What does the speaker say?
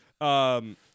Um-